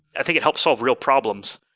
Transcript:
i think it helps solve real problems,